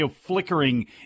flickering